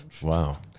Wow